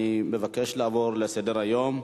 אני מבקש לחזור לסדר-היום.